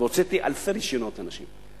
והוצאתי אלפי רשיונות לאנשים.